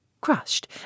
Crushed